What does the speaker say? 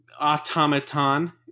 automaton